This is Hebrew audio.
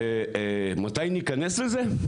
ומתי נכנס לזה?